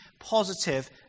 positive